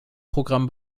programm